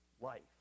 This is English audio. life